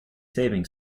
saving